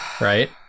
right